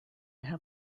have